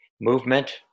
movement